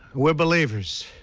we're believe es.